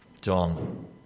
John